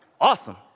Awesome